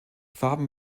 farben